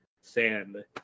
sand